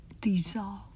dissolve